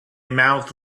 mouth